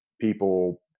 people